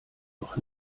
noch